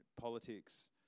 politics